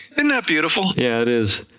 and that beautiful? yes it is,